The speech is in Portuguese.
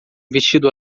vestido